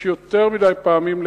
יותר מדי פעמים,